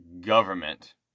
government